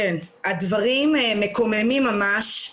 הדברים מקוממים ממש.